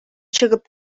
чыгып